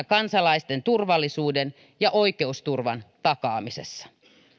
kansalaisten turvallisuuden ja oikeusturvan takaamisessa